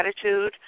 attitude